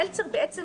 מלצר בעצם